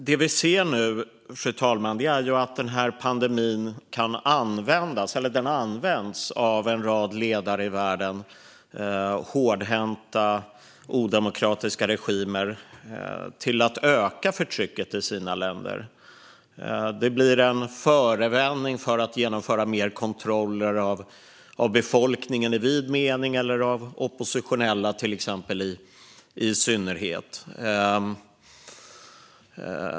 Det vi ser nu, fru talman, är att pandemin används av ledare för en rad hårdhänta och odemokratiska regimer i världen till att öka förtrycket i sina länder. Pandemin blir en förevändning för att genomföra mer kontroller av befolkningen i vid mening och av oppositionella i synnerhet.